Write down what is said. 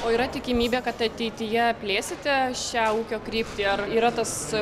o yra tikimybė kad ateityje plėsite šią ūkio kryptį ar yra tas